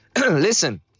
listen